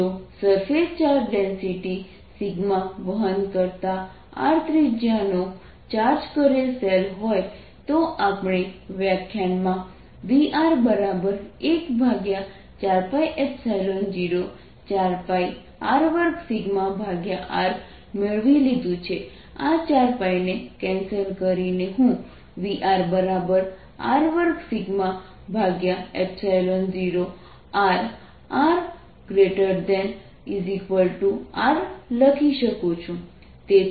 જો surface charge density વહન કરતા r ત્રિજ્યાનો ચાર્જ કરેલ શેલ હોય તો આપણે વ્યાખ્યાનમાં Vr14π04πR2r મેળવી લીધું છે આ 4π ને કેન્સલ કરીને હું VrR20r r ≥ R લખી શકું